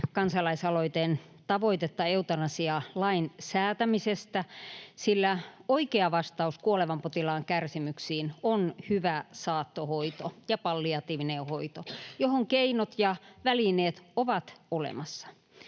kansalaisaloitteen tavoitetta eutanasialain säätämisestä, sillä oikea vastaus kuolevan potilaan kärsimyksiin on hyvä saattohoito ja palliatiivinen hoito, joihin keinot ja välineet ovat olemassa.